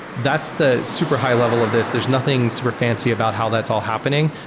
that's the super high level of this. there's nothing super fancy about how that's all happening.